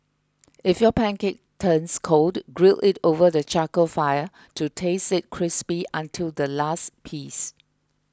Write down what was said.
if your pancake turns cold grill it over the charcoal fire to taste it crispy until the last piece